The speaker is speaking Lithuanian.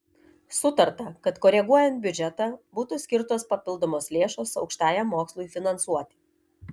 sutarta kad koreguojant biudžetą būtų skirtos papildomos lėšos aukštajam mokslui finansuoti